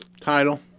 title